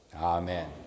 Amen